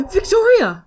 Victoria